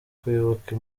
kuyoboka